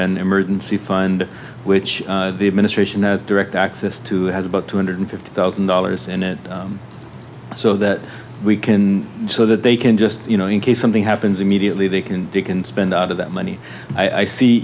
and emergency the fund which the administration has direct access to has about two hundred fifty thousand dollars in it so that we can so that they can just you know in case something happens immediately they can you can spend out of them money i see